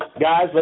guys